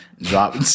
Drop